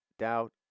doubt